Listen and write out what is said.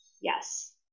Yes